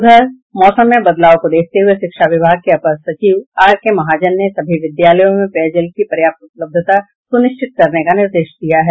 उधर मौसम में बदलाव को देखते हुए शिक्षा विभाग के अपर मुख्य सचिव आर के महाजन ने सभी विद्यालयों में पेयजल की पर्याप्त उपलब्धता सुनिश्चित करने का निर्देश दिया है